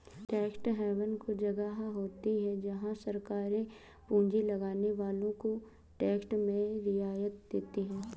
tax haven वो जगह होती हैं जहाँ सरकारे पूँजी लगाने वालो को टैक्स में रियायत देती हैं